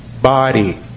body